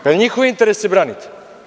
Da li njihove interese branite?